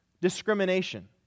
discrimination